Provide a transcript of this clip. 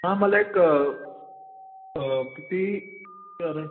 हां मला एक किती तर